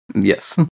Yes